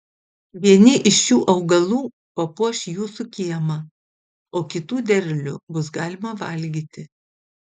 vieni iš šių augalų papuoš jūsų kiemą o kitų derlių bus galima valgyti